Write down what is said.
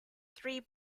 three